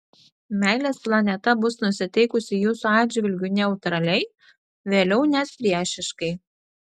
meilės planeta bus nusiteikusi jūsų atžvilgiu neutraliai vėliau net priešiškai